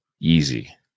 easy